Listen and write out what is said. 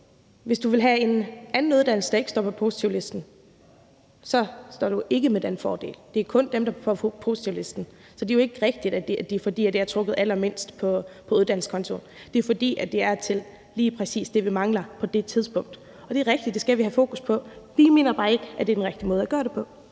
der er målgruppen. Hvis du vil have en uddannelse, der ikke står på positivlisten, får du ikke den fordel. Det gælder kun de uddannelser, der står på positivlisten. Så det er jo ikke rigtigt, at det er for dem, der har trukket allermindst på uddannelseskontoen. Det er for dem, der uddanner sig til lige præcis det, vi mangler på det tidspunkt. Og det er rigtigt, at vi skal have fokus på det, men vi mener bare ikke, at det er den rigtige måde at gøre det på.